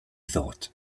thought